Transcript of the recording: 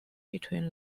between